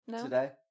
today